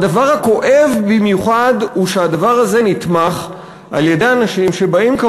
הדבר הכואב במיוחד הוא שהחוק הזה נתמך על-ידי אנשים שבאים,